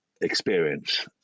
experience